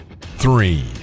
three